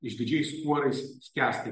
išdidžiais kuorais skęsta